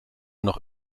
noch